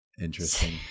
interesting